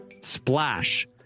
Splash